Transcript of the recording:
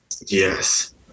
Yes